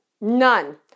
None